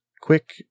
quick